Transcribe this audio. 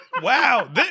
Wow